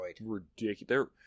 ridiculous